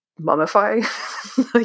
mummify